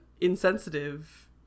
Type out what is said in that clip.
insensitive